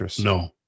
no